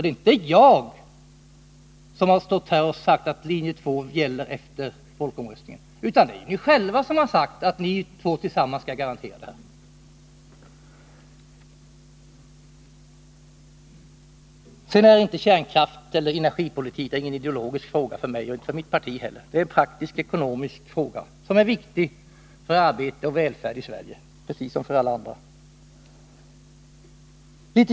Det är alltså inte jag som sagt att linje 2 skulle gälla efter folkomröstningen, utan det är ni själva som sagt att de två partierna bakom linje 2 skulle garantera det. Energipolitiken är inte någon ideologisk fråga för mig och inte heller för mitt parti. Energipolitiken är en praktisk, ekonomisk fråga som är viktig för arbete och välfärd i Sverige precis som i alla andra länder.